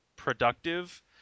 productive